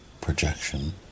projection